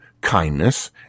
kindness